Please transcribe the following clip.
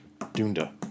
Dunda